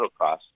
motocross